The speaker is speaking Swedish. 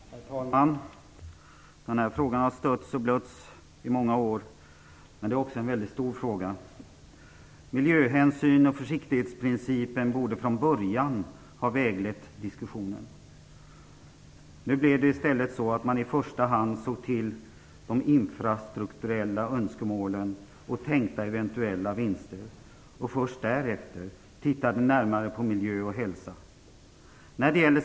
Herr talman! Den här frågan har stötts och blötts i många år. Det är också en mycket stor fråga. Miljöhänsyn och försiktighetsprincipen borde från början ha väglett diskussionen. Nu blev det i stället så att man i första hand såg till de infrastrukturella önskemålen och tänkta eventuella vinster. Först därefter tittade man närmare på miljö och hälsa.